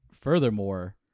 furthermore